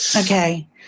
Okay